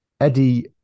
Eddie